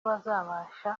bazabasha